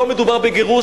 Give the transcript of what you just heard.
לא מדובר בגירוש.